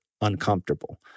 uncomfortable